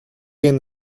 jen